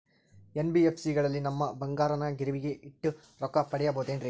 NBFC ಗಳಲ್ಲಿ ನಮ್ಮ ಬಂಗಾರನ ಗಿರಿವಿ ಇಟ್ಟು ರೊಕ್ಕ ಪಡೆಯಬಹುದೇನ್ರಿ?